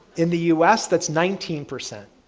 in the us that's nineteen percent.